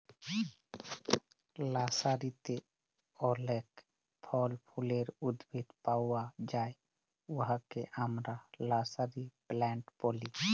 লার্সারিতে অলেক ফল ফুলের উদ্ভিদ পাউয়া যায় উয়াকে আমরা লার্সারি প্লান্ট ব্যলি